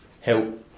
help